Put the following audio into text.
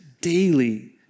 daily